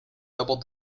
double